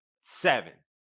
seven